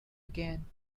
again